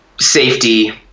safety